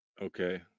Okay